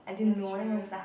and that's true